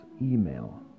email